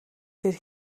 дээр